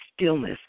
stillness